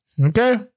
Okay